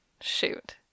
Shoot